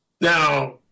Now